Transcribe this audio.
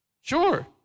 Sure